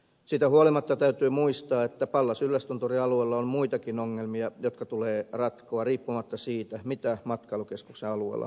siitä huolimatta täytyy muistaa että pallas yllästunturin alueella on muitakin ongelmia jotka tulee ratkoa riippumatta siitä mitä matkailukeskuksen alueella muuten tapahtuu